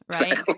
Right